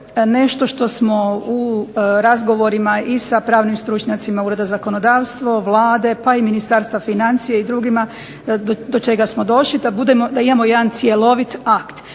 nešto što smo u razgovorima i sa pravnim stručnjacima Ureda za zakonodavstvo, Vlade pa i Ministarstva financija i drugima do čega smo došli da imamo jedan cjelovit akt.